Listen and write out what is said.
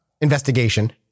investigation